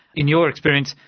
in your experience,